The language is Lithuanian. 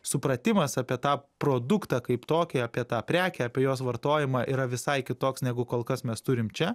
supratimas apie tą produktą kaip tokį apie tą prekę apie jos vartojimą yra visai kitoks negu kol kas mes turim čia